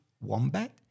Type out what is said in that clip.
Wombat